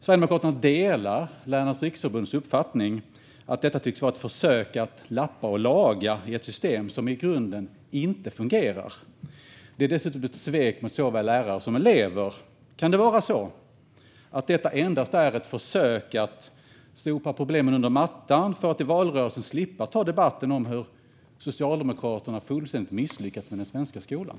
Sverigedemokraterna delar Lärarnas Riksförbunds uppfattning att detta tycks vara ett försök att lappa och laga i ett system som i grunden inte fungerar. Det är dessutom ett svek mot såväl lärare som elever. Kan det vara så att detta endast är ett försök att sopa problemen under mattan för att i valrörelsen slippa ta debatten om hur Socialdemokraterna fullständigt misslyckats med den svenska skolan?